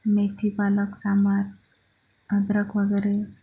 मेथी पालक सांबार अद्रक वगैरे